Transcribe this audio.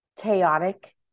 chaotic